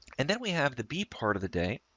and then we have the b part of the day.